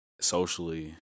socially